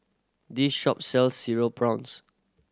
this shop sell Cereal Prawns